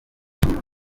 dushima